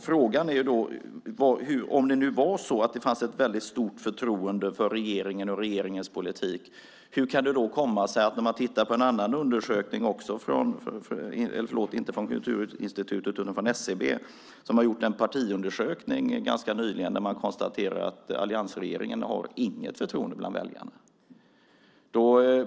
Frågan är då: Om det nu var så att det fanns ett väldigt stort förtroende för regeringen och för regeringens politik, hur kan det då komma sig att man i en partiundersökning som SCB har gjort ganska nyligen kan konstatera att alliansregeringen inte har något förtroende bland väljarna?